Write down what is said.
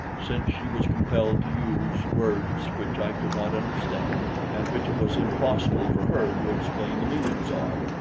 since she was compelled to use words which i could not understand and which it was impossible for her to explain the meanings of.